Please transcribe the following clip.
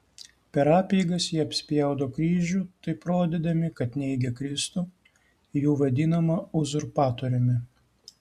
per apeigas jie apspjaudo kryžių taip rodydami kad neigia kristų jų vadinamą uzurpatoriumi